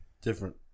different